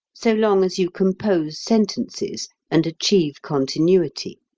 so long as you compose sentences and achieve continuity.